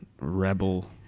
Rebel